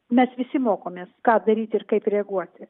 mes visi mokomės ką daryti ir kaip reaguoti